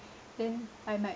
then I might